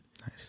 Nice